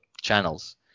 channels